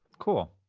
cool.